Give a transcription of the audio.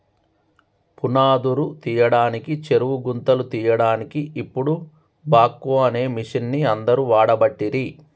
పునాదురు తీయడానికి చెరువు గుంతలు తీయడాన్కి ఇపుడు బాక్వో అనే మిషిన్ని అందరు వాడబట్టిరి